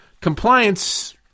Compliance